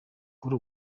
kuri